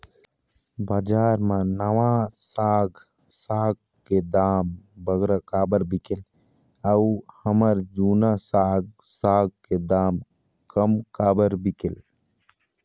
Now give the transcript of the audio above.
बजार मा नावा साग साग के दाम बगरा काबर बिकेल अऊ हमर जूना साग साग के दाम कम काबर बिकेल?